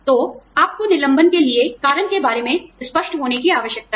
तो आपको निलंबन के लिए कारण के बारे मेंस्पष्ट होने की आवश्यकता है